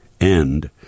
end